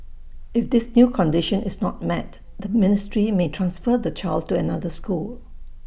if this new condition is not met the ministry may transfer the child to another school